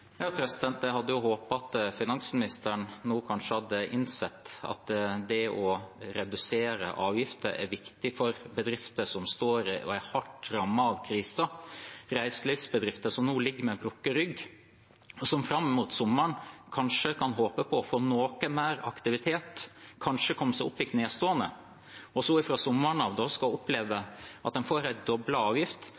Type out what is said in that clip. Jeg hadde håpet at finansministeren nå kanskje hadde innsett at det å redusere avgifter er viktig for bedrifter som står i og er hardt rammet av krisen. Reiselivsbedrifter som nå ligger med brukket rygg, og som fram mot sommeren kanskje kan håpe på å få noe mer aktivitet, kanskje komme seg opp i knestående, skal så fra sommeren av oppleve